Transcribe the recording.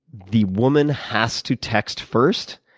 the woman has to text first,